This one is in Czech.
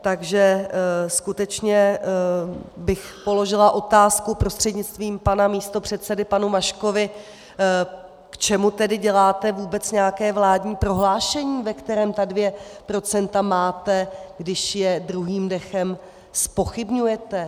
Takže skutečně bych položila otázku prostřednictvím pana místopředsedy panu Maškovi, k čemu tedy děláte vůbec nějaké vládní prohlášení, ve kterém ta 2 % máte, když je druhým dechem zpochybňujete.